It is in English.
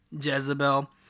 Jezebel